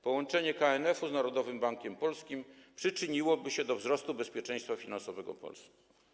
Połączenie KNF-u z Narodowym Bankiem Polskim przyczyniłoby się do wzrostu bezpieczeństwa finansowego w Polsce.